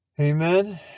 Amen